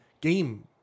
game